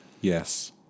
Yes